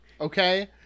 okay